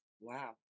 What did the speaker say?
Wow